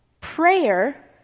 Prayer